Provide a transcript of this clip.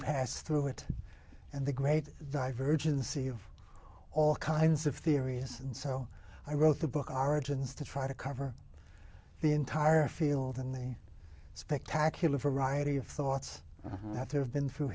passed through it and the great divergence e u all kinds of theories and so i wrote the book origins to try to cover the entire field in the spectacular variety of thoughts that there have been through